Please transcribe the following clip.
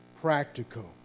practical